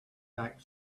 back